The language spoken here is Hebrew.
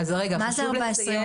מה זה 14?